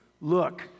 Look